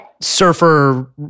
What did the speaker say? surfer